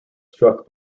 struck